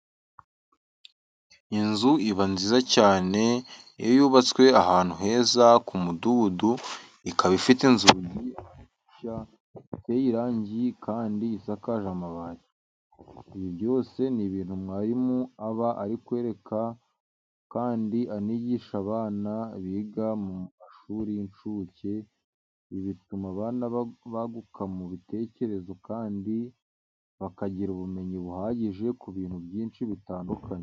Inzu iba nziza cyane, iyo yubatswe ahantu heza ku mudugudu, ikaba ifite inzugi, amadirishya, iteye irangi kandi isakaje amabati. Ibi byose ni ibintu mwarimu aba ari kwereka kandi anigisha abana biga mu mashuri y'incuke. Ibi bituma abana baguka mu bitekerezo kandi bakagira ubumenyi buhagije ku bintu byinshi bitandukanye.